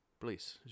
Please